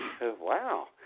Wow